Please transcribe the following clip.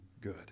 good